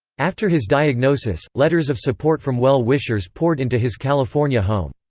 after his diagnosis, letters of support from well-wishers poured into his california home.